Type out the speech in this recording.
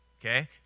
okay